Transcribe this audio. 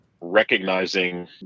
recognizing